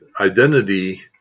identity